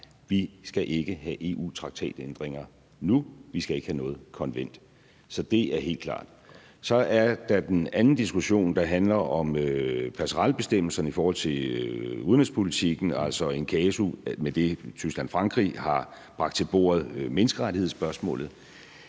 Vi skal ikke have EU-traktatændringer nu; vi skal ikke have noget konvent. Så det er helt klart. Så er der den anden diskussion, der handler om passerellebestemmelserne i forhold til udenrigspolitikken, altså in casu med det, Tyskland og Frankrig har bragt til bordet, menneskerettighedsspørgsmålet,